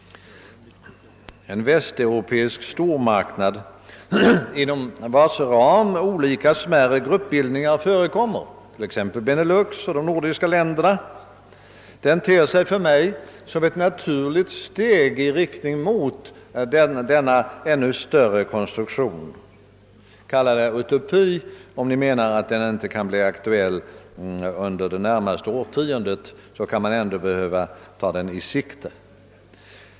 En västeuropeisk stormarknad, inom vars ram olika smärre gruppbildningar förekommer — t.ex. Benelux och de nordiska länderna — ter sig för mig som ett naturligt steg i riktning mot denna ännu större konstruktion. Kalla den gärna utopi om ni menar att den inte kan bli aktuell under de närmaste årtiondena, men man bör ändå ha den i sikte.